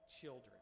children